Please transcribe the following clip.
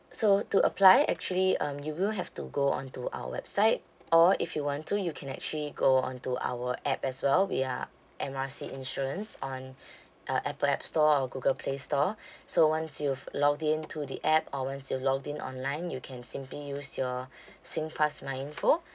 so to apply actually um you will have to go on to our website or if you want to you can actually go on to our app as well we are M R C insurance on uh apple app store or google play store so once you've logged in to the app or once you've logged in online you can simply use your singpass myinfo